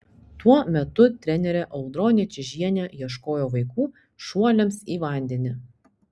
tuo metu trenerė audronė čižienė ieškojo vaikų šuoliams į vandenį